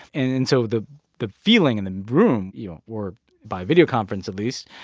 and and so the the feeling in the room, you know, or by videoconference, at least,